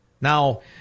Now